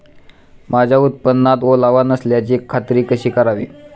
माझ्या उत्पादनात ओलावा नसल्याची खात्री कशी करावी?